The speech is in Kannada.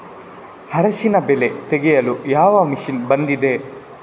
ಅರಿಶಿನ ಬೆಳೆ ತೆಗೆಯಲು ಯಾವ ಮಷೀನ್ ಬಂದಿದೆ?